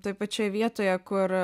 toj pačioj vietoje kur